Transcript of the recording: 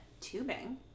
tubing